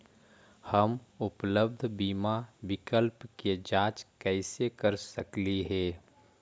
हम उपलब्ध बीमा विकल्प के जांच कैसे कर सकली हे?